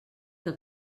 que